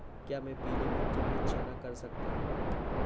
क्या मैं पीली मिट्टी में चना कर सकता हूँ?